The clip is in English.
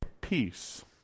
peace